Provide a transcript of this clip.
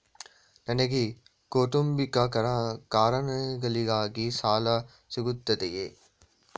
ನನಗೆ ಕೌಟುಂಬಿಕ ಕಾರಣಗಳಿಗಾಗಿ ಸಾಲ ಸಿಗುತ್ತದೆಯೇ?